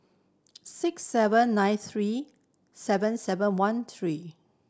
six seven nine three seven seven one three